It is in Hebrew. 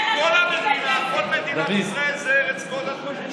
תענה לנו, לכן אמרתי לכם, יש לכם הרבה זכויות.